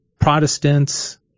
Protestants